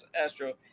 Astro